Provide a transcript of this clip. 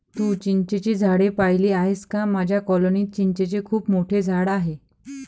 तू चिंचेची झाडे पाहिली आहेस का माझ्या कॉलनीत चिंचेचे खूप मोठे झाड आहे